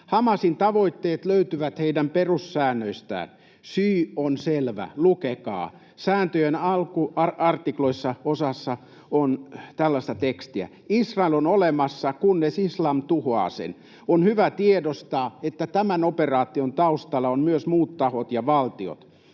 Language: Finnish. Hamasin tavoitteet löytyvät heidän perussäännöistään. Syy on selvä, lukekaa. Osassa sääntöjen alkuartikloja on tällaista tekstiä: Israel on olemassa, kunnes islam tuhoaa sen. On hyvä tiedostaa, että tämän operaation taustalla ovat myös muut tahot ja valtiot.